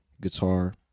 guitar